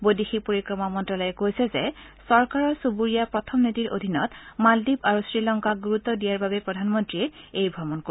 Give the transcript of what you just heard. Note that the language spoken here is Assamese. বৈদেশিক পৰিক্ৰমা মন্তালয়ে কৈছে যে চৰকাৰৰ চুবুৰীয়া প্ৰথম নীতিৰ অধীনত মালদ্বীপ আৰু শ্ৰীলংকাক গুৰুত্ব দিয়াৰ বাবে প্ৰধানমন্ত্ৰীয়ে এই ভ্ৰমণ কৰিব